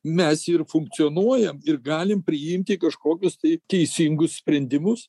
mes ir funkcionuojam ir galim priimti kažkokius tai teisingus sprendimus